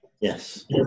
Yes